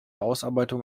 ausarbeitung